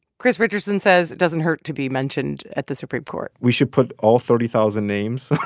chris richardson says, it doesn't hurt to be mentioned at the supreme court we should put all thirty thousand names